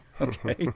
Okay